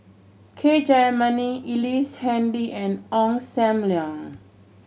K Jayamani Ellice Handy and Ong Sam Leong